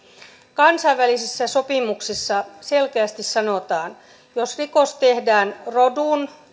kansainvälisissä sopimuksissa selkeästi sanotaan että jos rikos tehdään rodun